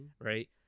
right